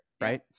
right